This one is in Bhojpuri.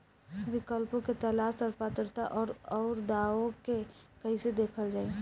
विकल्पों के तलाश और पात्रता और अउरदावों के कइसे देखल जाइ?